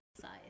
size